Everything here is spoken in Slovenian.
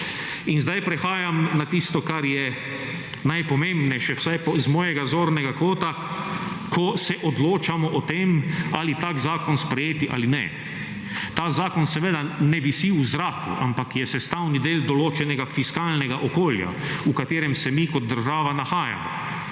In zdaj prehajam na tisto, kar je najpomembnejše vsaj z mojega zornega kota, ko se odločamo o tem ali tak zakon sprejeti ali ne. Ta zakon seveda ne visi v zraku, ampak je sestavni del določenega fiskalnega okolja v katerem se mi kot država nahajamo.